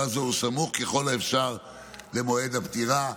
זו הוא סמוך ככל האפשר למועד הפטירה,